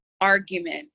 argument